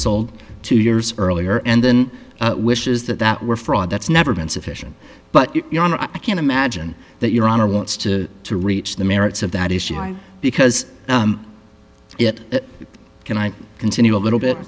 sold two years earlier and then wishes that that were fraud that's never been sufficient but i can't imagine that your honor wants to to reach the merits of that issue because it can i continue a little bit